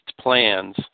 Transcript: plans